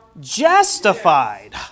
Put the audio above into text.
justified